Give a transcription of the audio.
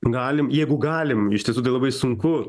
galim jeigu galim iš tiesų tai labai sunku